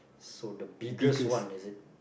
so the biggest one is it